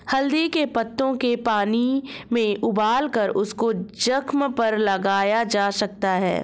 हल्दी के पत्तों के पानी में उबालकर उसको जख्म पर लगाया जा सकता है